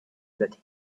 that